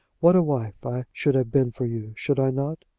what a wife i should have been for you should i not?